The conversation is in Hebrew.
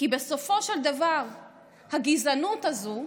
כי בסופו של דבר הגזענות הזו,